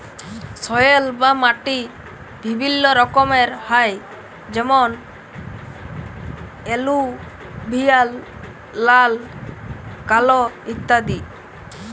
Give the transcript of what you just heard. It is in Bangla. সয়েল বা মাটি বিভিল্য রকমের হ্যয় যেমন এলুভিয়াল, লাল, কাল ইত্যাদি